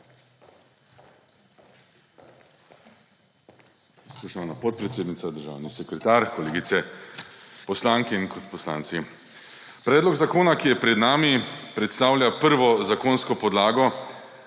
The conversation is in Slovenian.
Spoštovana podpredsednica, državni sekretar, kolegice poslanke in kolegi poslanci! Predlog zakona, ki je pred nami, predstavlja prvo zakonsko podlago,